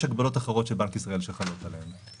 הגבלות אחרות של בנק ישראל שחלות עליהן.